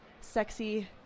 sexy